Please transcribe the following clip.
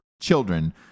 children